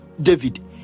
David